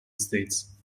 states